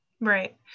Right